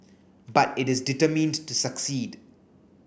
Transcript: but it is determined to succeed